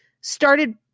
started